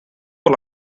por